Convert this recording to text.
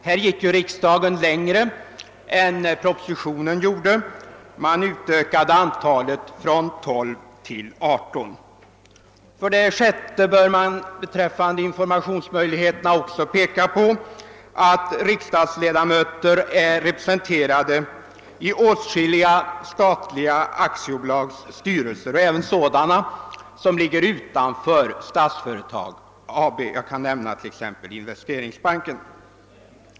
Här gick riksdagen längre än propositionen och utökade antalet från 12 till 18. För det sjätte bör man beträffande informationsmöjligheterna också peka på att riksdagen är representerad i åtskilliga statliga aktiebolags styrelser, som inte lyder under Statsföretag AB. Jag kan som exempel nämna Investeringsbanken.